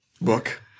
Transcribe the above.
book